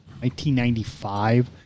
1995